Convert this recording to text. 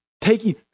taking